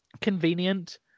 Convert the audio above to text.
convenient